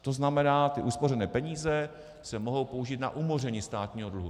To znamená, ty uspořené peníze se mohou použít na umoření státního dluhu.